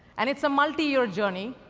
and it's a multi-year journey,